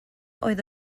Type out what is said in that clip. oedd